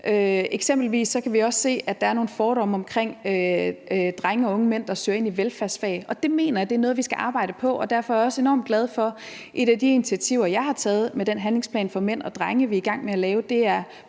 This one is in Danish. Eksempelvis kan vi også se, at der er nogle fordomme omkring drenge og unge mænd, der søger ind i velfærdsfag. Og det mener jeg er noget, vi skal arbejde på. Derfor er jeg også enormt glad for, at et af de initiativer, jeg har taget med den handlingsplan for mænd og drenge, vi er i gang med at lave, er